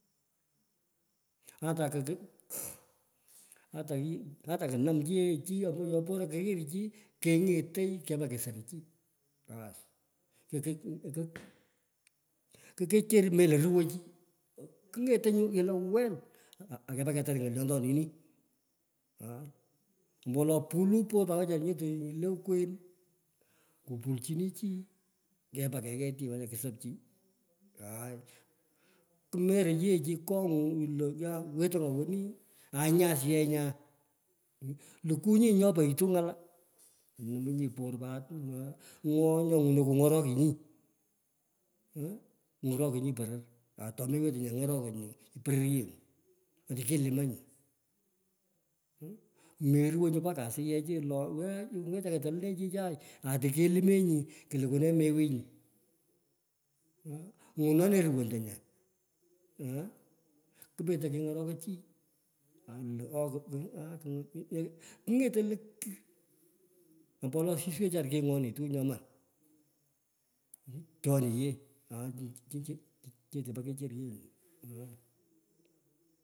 Ata koku ataye atakanamchi ye chi yoporo kurir chi kenyetoi kepa kesoru chi. Baas kuk ku kichir melo ruwo chi keng'etoi nyu pich lowel ake pa keter nyilyontoni. aai. Ombowelo pulur por pat wechara nyete le okwen. kupulchini chi. kepa keyet chi mpaka tosap chi aai. Kumeruu yee chi kungu lo yor wetoi ng'owoni. Aa nyi asiyech nyaa. lukwo nyi nyo purto ng'ala numinyi por pat aa ng'o nyo ngwonoi kungorokingi nyu pororyenyu nyu kilumanyi aum. Nyo rrewenyi mpaka asiyech ye lo wen ato katolenee chichai atu kelumenyi kulukuru nee memenyi aam. Nywenenee ruwento nyaa uum kupetoi keng'orokoi chi ando king'etei lo kure ambo wolo asis wechara kinywonitu nyaman chete pu kichir.